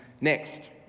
next